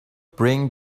bring